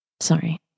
Sorry